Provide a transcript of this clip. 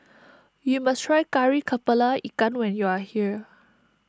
you must try Kari Kepala Ikan when you are here